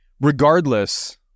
Regardless